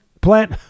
plant